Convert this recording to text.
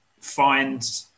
find